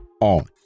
on